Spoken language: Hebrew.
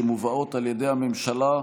שמובאות על ידי הממשלה,